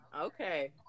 Okay